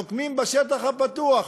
נוקמים בשטח הפתוח,